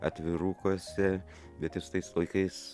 atvirukuose bet ir tais laikais